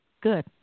good